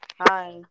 Hi